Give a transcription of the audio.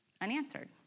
unanswered